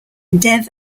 dev